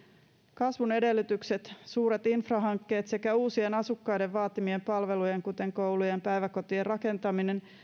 kasvun edellytykset suuret infrahankkeet ja uusien asukkaiden vaatimien palvelujen kuten koulujen ja päiväkotien rakentaminen